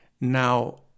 Now